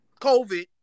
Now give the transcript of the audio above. covid